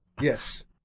Yes